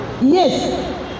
Yes